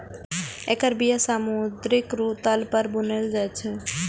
एकर बिया समुद्रक तल पर बुनल जाइ छै